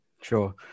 Sure